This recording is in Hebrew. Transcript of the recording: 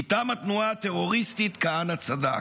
מטעם התנועה הטרוריסטית של כהנא צדק.